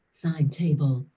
side table,